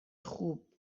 خوب